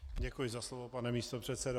Děkuji za slovo, pane místopředsedo.